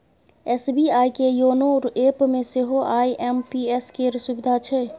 SBI के YONO एपमे सेहो आई.एम.पी.एस केर सुविधा छै